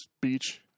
beach